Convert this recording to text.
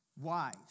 Wise